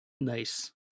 Nice